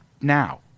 now